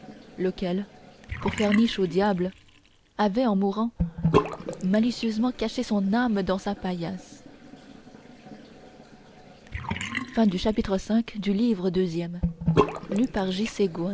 lequel pour faire niche au diable avait en mourant malicieusement caché son âme dans sa paillasse